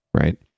right